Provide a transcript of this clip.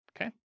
Okay